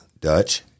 Dutch